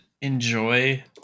enjoy